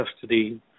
custody